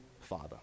Father